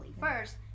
first